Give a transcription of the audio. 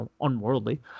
unworldly